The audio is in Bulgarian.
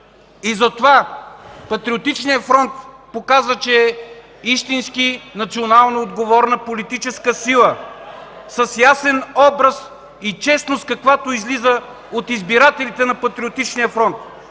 Затова Патриотичният фронт показа, че е национална политическа сила, с ясен образ и честност, каквато излиза от избирателите на Патриотичния фронт,